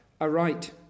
aright